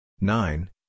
Nine